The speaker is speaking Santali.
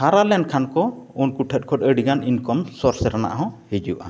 ᱦᱟᱨᱟ ᱞᱮᱱᱠᱷᱟᱱ ᱠᱚ ᱩᱱᱠᱩ ᱴᱷᱮᱱ ᱠᱷᱚᱱ ᱟᱹᱰᱤᱜᱟᱱ ᱤᱱᱠᱚᱢ ᱥᱚᱨᱥ ᱨᱮᱱᱟᱜ ᱦᱚᱸ ᱦᱤᱡᱩᱜᱼᱟ